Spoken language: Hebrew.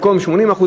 במקום 80%,